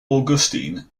augustine